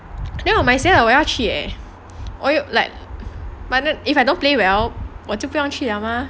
then 我买鞋了我要去 eh what you like but if I don't play well 我就不用去了吗